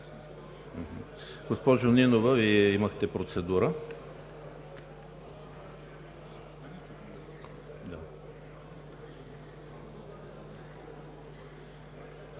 Госпожо Нинова, Вие имахте процедура.